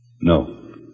No